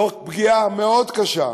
תוך פגיעה מאוד קשה,